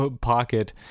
pocket